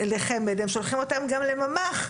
הם שולחים אותם גם לממ"ח,